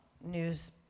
news